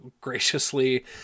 graciously